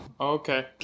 Okay